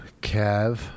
Kev